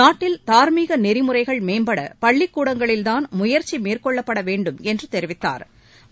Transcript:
நாட்டில் தா்மீக நெறிமுறைகள் மேம்பட பள்ளிக்கூடங்களில்தான் முயற்சி மேற்கொள்ளப்பட வேண்டும் என்று தெரிவித்தாா்